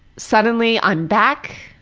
suddenly, i'm back